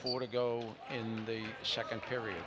four to go in the second period